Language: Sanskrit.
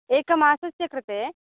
एकमासस्य कृते